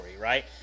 right